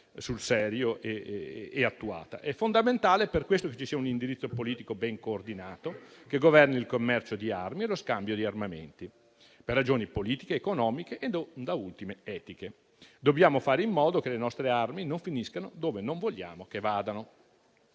sul serio ed attuata. È fondamentale, per questo, un indirizzo politico ben coordinato, che governi il commercio di armi e lo scambio di armamenti, per ragioni politiche, economiche e, da ultimo, etiche. Dobbiamo fare in modo che le nostre armi non finiscano dove non vogliamo che vadano.